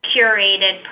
curated